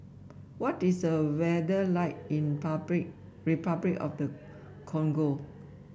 what is the weather like in public Repuclic of the Congo